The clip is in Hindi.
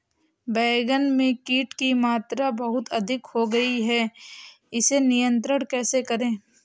बैगन में कीट की मात्रा बहुत अधिक हो गई है इसे नियंत्रण कैसे करें?